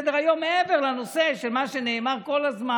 היא המתנה הגדולה ביותר שניתנה לאדם,